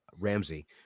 Ramsey